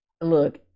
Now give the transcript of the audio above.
Look